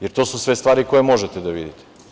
Jer, to su sve stvari koje možete da vidite.